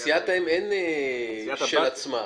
לסיעת האם אין את של עצמה,